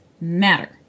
matter